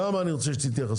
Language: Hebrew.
שם אני רוצה שתתייחסי.